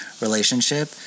relationship